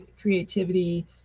creativity